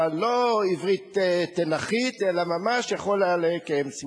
אבל לא עברית תנ"כית אלא ממש יכול היה לקיים שיחה.